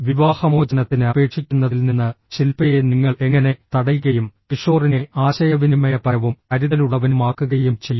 വിവാഹമോചനത്തിന് അപേക്ഷിക്കുന്നതിൽ നിന്ന് ശിൽപയെ നിങ്ങൾ എങ്ങനെ തടയുകയും കിഷോറിനെ ആശയവിനിമയപരവും കരുതലുള്ളവനുമാക്കുകയും ചെയ്യും